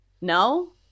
No